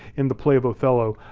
in the play of othello,